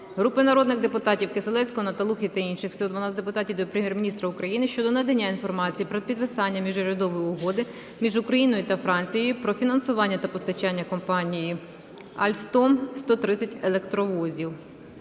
Групи народних депутатів (Кисилевського, Наталухи та інших. Всього 12 депутатів) до Прем'єр-міністра України щодо надання інформації про підписання міжурядової угоди між Україною та Францією про фінансування та постачання компанією Alstom 130 електровозів.